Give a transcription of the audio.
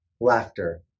laughter